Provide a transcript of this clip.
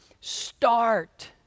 start